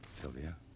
Sylvia